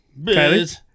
Kylie